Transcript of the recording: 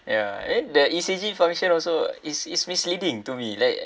ya then the E_C_G function also is is misleading to me like